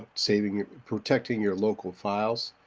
saving protecting your local files.